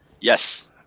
Yes